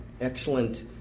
excellent